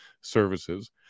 Services